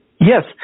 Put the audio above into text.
Yes